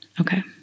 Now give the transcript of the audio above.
Okay